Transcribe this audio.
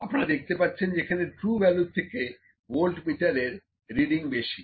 আপনারা দেখতে পাচ্ছেন যে এখানে ট্রু ভ্যালুর থেকে ভোল্ট মিটারের রিডিং বেশি